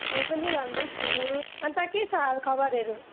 म पनि राम्रै छु अन्त के छ हाल खबरहरू